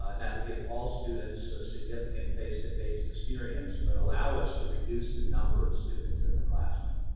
ah and that will give all students significant face-to-face experience but allow us to reduce the number of students in the classroom.